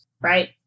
right